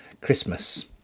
Christmas